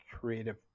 creative